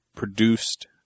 Produced